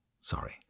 sorry